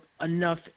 enough